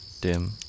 dim